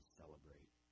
celebrate